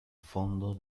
fondo